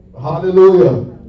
Hallelujah